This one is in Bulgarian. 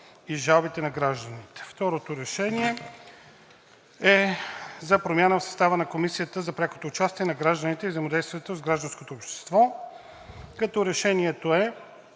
и жалбите на гражданите.“ Второто решение е за промяна в състава на Комисията за прякото участие на гражданите и взаимодействието с гражданското общество, като решението е: